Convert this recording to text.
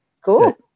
Cool